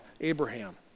Abraham